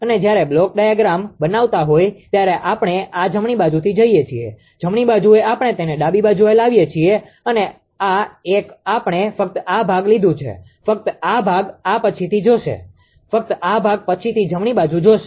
અને જ્યારે block diagram બનાવતા હોય ત્યારે આપણે આ જમણી બાજુથી જઇએ છીએ જમણી બાજુએ આપણે તેને ડાબી બાજુ લાવીએ છીએ અને આ એક આપણે ફક્ત આ ભાગ પર લીધું છે ફક્ત આ ભાગ આ પછીથી જોશે ફક્ત આ ભાગ પછીથી જમણી બાજુ જોશે